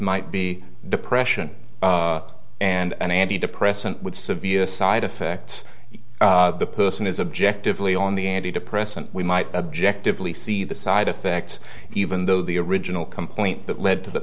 might be depression and an antidepressant with severe side effects if the person is objective lee on the antidepressant we might objective least see the side effects even though the original complaint that led to the